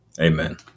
Amen